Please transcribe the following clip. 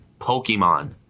Pokemon